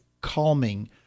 calming